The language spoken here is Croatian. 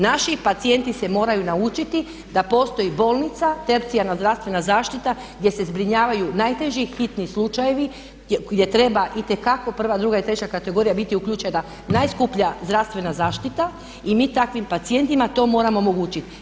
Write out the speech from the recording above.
Naši pacijenti se moraju naučiti da postoji bolnica, tercijarna zdravstvena zaštita gdje se zbrinjavaju najteži hitni slučajevi, gdje treba itekako prva, druga i treća kategorija biti uključena najskuplja zdravstvena zaštita i mi takvim pacijentima to moramo omogućiti.